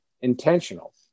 intentional